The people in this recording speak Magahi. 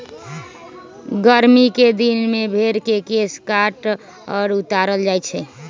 गरमि कें दिन में भेर के केश काट कऽ उतारल जाइ छइ